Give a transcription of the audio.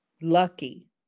lucky